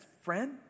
friend